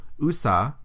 Usa